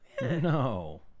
No